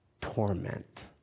torment